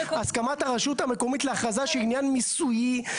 הם למעשה במובנים מסוימים דומים יותר לרשם מאשר לגוף שיודע לברר.